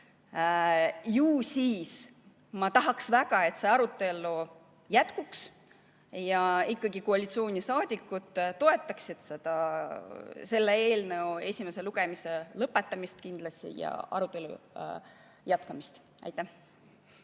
Ju siis ma tahaks väga, et see arutelu jätkuks ja ikkagi koalitsioonisaadikud toetaksid kindlasti selle eelnõu esimese lugemise lõpetamist ja arutelu jätkamist. Marika